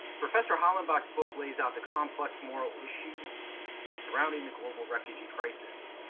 professor hollenbach's book lays out the complex moral issues surrounding the global refugee crisis.